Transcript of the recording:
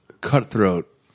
cutthroat